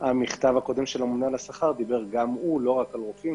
המכתב הקודם של הממונה על השכר התייחס לכלל עובדי הרפואה.